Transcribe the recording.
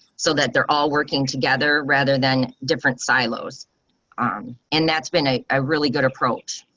so that they're all working together rather than different silos um and that's been a ah really good approach.